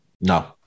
No